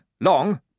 long